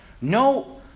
No